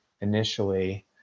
initially